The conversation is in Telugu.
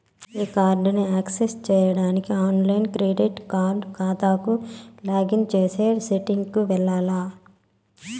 ఈ కార్డుని యాక్సెస్ చేసేదానికి ఆన్లైన్ క్రెడిట్ కార్డు కాతాకు లాగిన్ చేసే సెట్టింగ్ కి వెల్లాల్ల